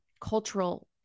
cultural